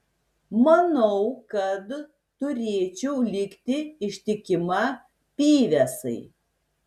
manau kad turėčiau likti ištikima pyvesai